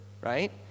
right